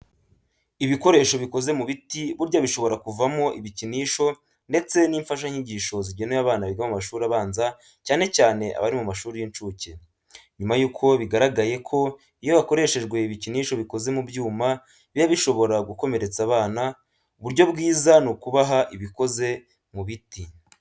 Ibikoresho bikoze mu biti burya bishobora kuvamo ibikinisho ndetse n'imfashanyigisho zigenewe abana biga mu mashuri abanza cyane cyane abari mu mashuri y'incuke. Nyuma yuko bigaragaye ko iyo hakoreshejwe ibikinisho bikoze mu byuma biba bishobora gukomeretsa abana, uburyo bwiza ni ukubaha ibikoze mu biti.